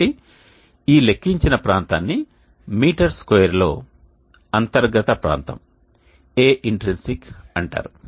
కాబట్టి ఈ లెక్కించిన ప్రాంతాన్ని మీటర్ స్క్వేర్లో అంతర్గత ప్రాంతం Aintrinsic అంటారు